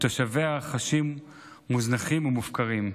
ותושביה חשים מוזנחים ומופקרים.